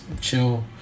chill